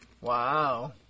Wow